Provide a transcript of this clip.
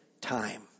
time